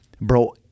bro